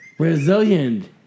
Resilient